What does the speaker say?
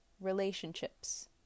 relationships